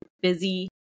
busy